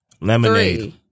Lemonade